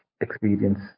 experience